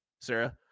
Sarah